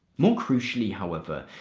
more crucially, however,